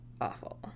awful